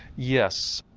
yes.